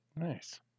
Nice